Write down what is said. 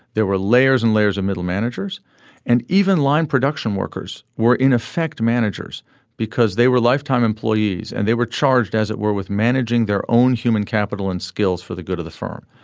there were layers and layers of middle managers and even line production workers were in effect managers because they were lifetime employees and they were charged as it were with managing their own human capital and skills for the good of the firm.